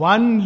One